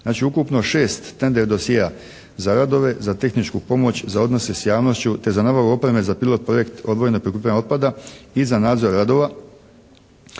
ukupno 6 tender dosjea za radove, za tehničku pomoć, za odnose sa javnošću te za nabavu opreme pilot projekt odvojenog prikupljanja otpada i za nadzor radova